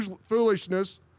foolishness